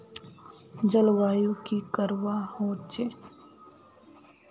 जलवायु की करवा होचे?